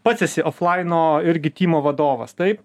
pats esi oflaino irgi tymo vadovas taip